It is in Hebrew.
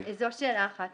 זו שאלה אחת.